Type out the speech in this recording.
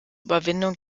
überwindung